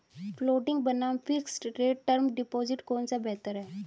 Floating बनाम fixed rate term deposit कौन सा बेहतर है?